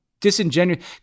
disingenuous